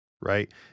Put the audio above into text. right